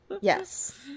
yes